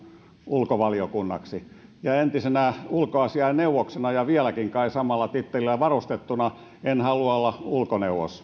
ulkovaliokunnaksi ja entisenä ulkoasiainneuvoksena ja vieläkin kai samalla tittelillä varustettuna en halua olla ulkoneuvos